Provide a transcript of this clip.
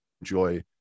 enjoy